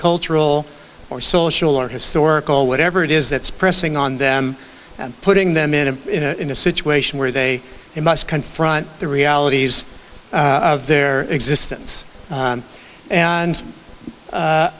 cultural or social or historical whatever it is that's pressing on them and putting them in a in a situation where they must confront the realities of their existence and